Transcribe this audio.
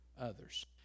others